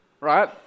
right